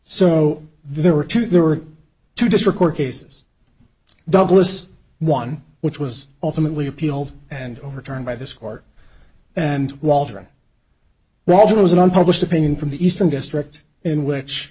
so there were two there were two district court cases douglas one which was ultimately appealed and overturned by this court and waldron roger was an unpublished opinion from the eastern district in which